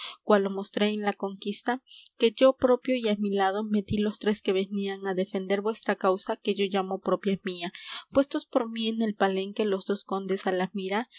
cual lo mostré en la conquista que yo propio y á mi lado metí los tres que venían á defender vuestra causa que yo llamo propia mía puestos por mí en el palenque los dos condes á la mira